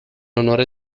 onore